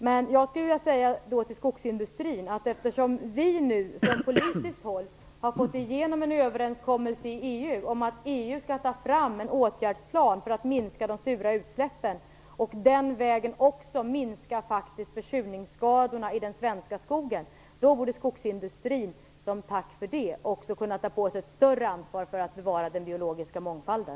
Men jag skulle vilja säga till skogsindustrin, att eftersom vi från politiskt håll har fått igenom en överenskommelse i EU om att EU skall ta fram en åtgärdsplan för att minska de sura utsläppen och den vägen också minska de faktiska försurningsskadorna i den svenska skogen, borde skogsindustrin som tack för det ta på sig ett större ansvar för att bevara den biologiska mångfalden.